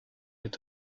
est